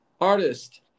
Artist